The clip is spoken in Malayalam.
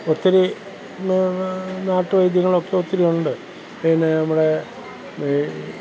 ഒത്തിരി നാട്ടു വൈദ്യങ്ങളൊക്കെ ഒത്തിരിയുണ്ട് പിന്നെ നമ്മുടെ ഈ